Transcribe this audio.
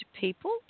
people